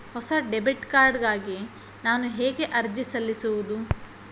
ಹೊಸ debit card ಗಾಗಿ ನಾನು ಹೇಗೆ ಅರ್ಜಿ ಸಲ್ಲಿಸುವುದು?